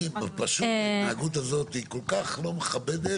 פשוט ההתנהגות הזאת היא כל כך לא מכובדת.